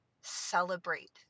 celebrate